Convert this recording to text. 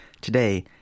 Today